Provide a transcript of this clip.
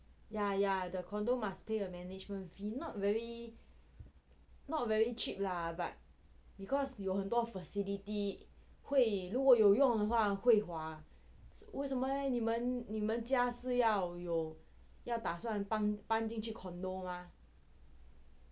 ya the condo must pay a management fee not very very cheap lah but because 很多 facility 会如果有用的话会划为什么 leh 你们你们家是要有要打算搬搬进去 condo 吗